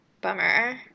bummer